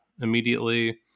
immediately